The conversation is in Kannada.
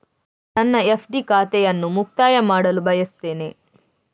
ನನ್ನ ಎಫ್.ಡಿ ಖಾತೆಯನ್ನು ಮುಕ್ತಾಯ ಮಾಡಲು ನಾನು ಬಯಸ್ತೆನೆ